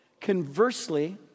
conversely